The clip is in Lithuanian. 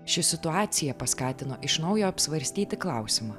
ši situacija paskatino iš naujo apsvarstyti klausimą